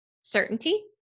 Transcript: certainty